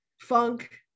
funk